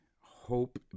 hope